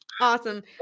awesome